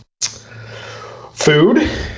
food